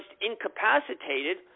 incapacitated